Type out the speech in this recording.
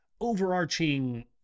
overarching